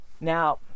Now